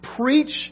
preach